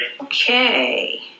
Okay